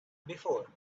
before